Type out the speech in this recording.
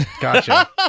Gotcha